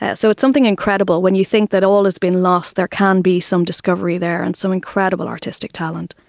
yeah so it's something incredible, when you think that all has been lost, there can be some discovery there and some incredible artistic talent.